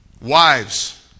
Wives